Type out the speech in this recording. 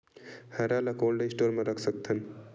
हरा ल cold store म रख सकथन?